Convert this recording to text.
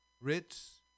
Ritz